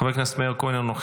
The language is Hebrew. חברת הכנסת נעמה לזימי,